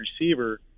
receiver